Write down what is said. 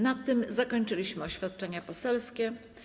Na tym zakończyliśmy oświadczenia poselskie.